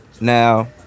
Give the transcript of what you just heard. Now